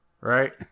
Right